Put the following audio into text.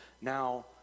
now